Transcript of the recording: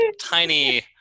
tiny